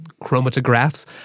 chromatographs